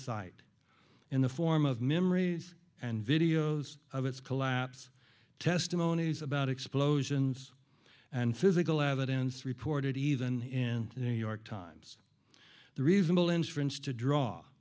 sight in the form of memories and videos of its collapse testimonies about explosions and physical evidence reported even in new york times the reasonable inference to draw